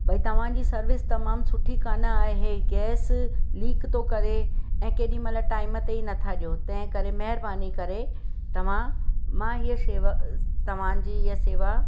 भाई तव्हां जी सर्विस तमामु सुठी कोन आहे गैस लीक थो करे ऐं केॾीमहिल टाइम ते ई नथा ॾियो तंहिं करे महिरबानी करे तव्हां मां ईअं सेवा तव्हां जी ईअं सेवा